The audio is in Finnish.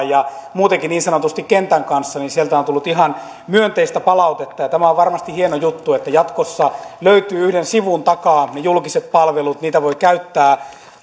ja muutenkin niin sanotusti kentän kanssa sieltä on tullut ihan myönteistä palautetta tämä on varmasti hieno juttu että jatkossa löytyvät yhden sivun takaa ne julkiset palvelut niitä voi käyttää